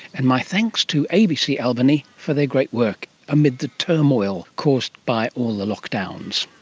and my thanks to abc albany for their great work amid the turmoil caused by all the lockdowns.